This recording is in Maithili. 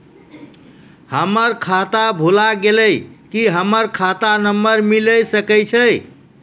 हमर खाता भुला गेलै, की हमर खाता नंबर मिले सकय छै?